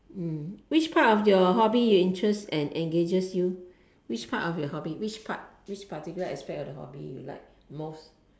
mm which part of you hobby interests and engages you which part which part of your hobby which part which particular aspect of your hobby you like most